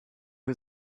who